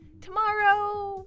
Tomorrow